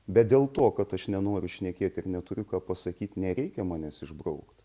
bet dėl to kad aš nenoriu šnekėt ir neturiu ką pasakyt nereikia manęs išbraukt